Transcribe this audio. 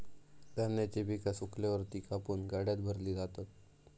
धान्याची पिका सुकल्यावर ती कापून गाड्यात भरली जातात